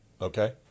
okay